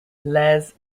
les